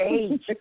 age